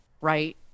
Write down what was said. right